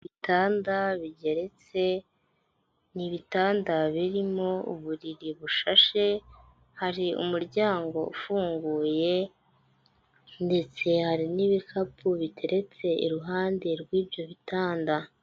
Ibitanda bigeretse, ni ibitanda birimo uburiri bushashe, hari umuryango ufunguye ndetse hari n'ibikapu biteretse iruhande rw'ibyo bitanda.